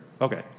Okay